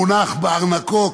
מונח בארנקו,